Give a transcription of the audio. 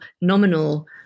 nominal